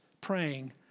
praying